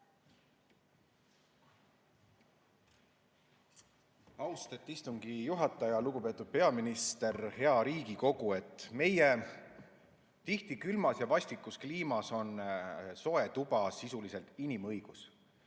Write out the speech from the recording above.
Austet istungi juhataja! Lugupeetud peaminister! Hea Riigikogu! Meie tihti külmas ja vastikus kliimas on soe tuba sisuliselt inimõigus.